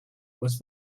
was